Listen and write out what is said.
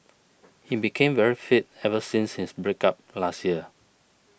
he became very fit ever since his break up last year